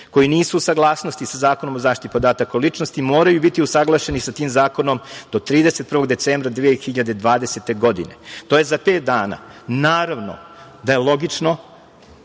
koji nisu u saglasnosti sa Zakonom o zaštiti podataka o ličnosti moraju biti usaglašeni sa tim zakonom do 31. decembara 2020. godine. To je za pet dana. Naravno da je logično